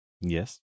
Yes